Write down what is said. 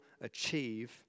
achieve